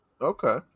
Okay